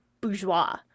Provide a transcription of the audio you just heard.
bourgeois